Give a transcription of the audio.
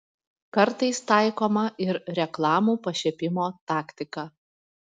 kartais taikoma ir reklamų pašiepimo taktika